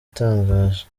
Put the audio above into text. itangaje